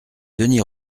denys